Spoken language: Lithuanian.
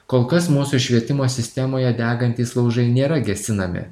kol kas mūsų švietimo sistemoje degantys laužai nėra gesinami